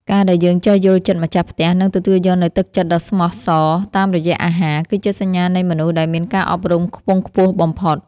ការដែលយើងចេះយល់ចិត្តម្ចាស់ផ្ទះ និងទទួលយកនូវទឹកចិត្តដ៏ស្មោះសតាមរយៈអាហារ គឺជាសញ្ញានៃមនុស្សដែលមានការអប់រំខ្ពង់ខ្ពស់បំផុត។